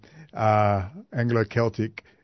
Anglo-Celtic